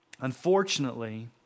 Unfortunately